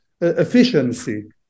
efficiency